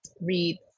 read